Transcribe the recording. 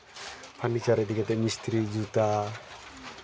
furniture ᱤᱫᱤ ᱠᱟᱛᱮ ᱢᱤᱥᱛᱨᱤ ᱡᱩᱛᱟ